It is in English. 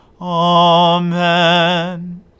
Amen